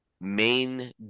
main